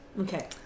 Okay